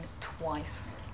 twice